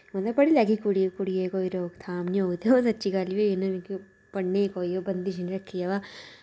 मतलब पढ़ी लैगी कुड़ी कुड़ियै गी कोई रोकथाम नि होग ते ओह् सच्ची गल्ल बी होई इनें मिकी पढ़ने कोई ओह् बंदिश नि रक्खी ऐ वा